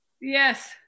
Yes